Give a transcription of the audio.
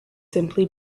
simply